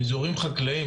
אזורים חקלאיים,